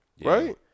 Right